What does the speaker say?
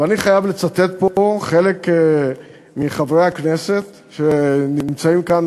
ואני חייב לצטט פה חלק מחברי הכנסת שנמצאים כאן,